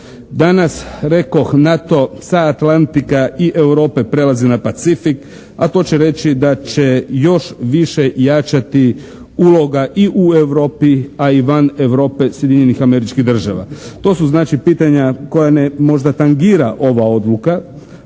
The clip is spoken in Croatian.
Danas rekoh NATO sa Atlantika i Europe prelazi na Pacifik, a to će reći da će još više jačati uloga i u Europi, a i van Europe Sjedinjenih Američkih Država. To su znači pitanja koja možda ne tangira ova odluka,